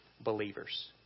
believers